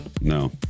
no